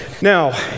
Now